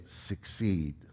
succeed